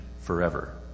forever